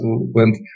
went